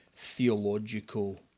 theological